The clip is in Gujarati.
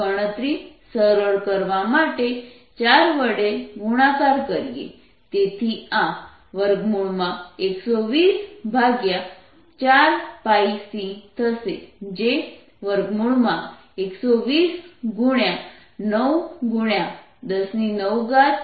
ગણતરી સરળ કરવા માટે 4 વડે ગુણાકાર કરીએ